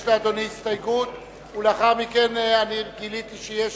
יש לאדוני הסתייגות, ולאחר מכן אני גיליתי שיש